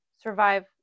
survive